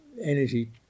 energy